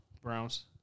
Browns